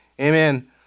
Amen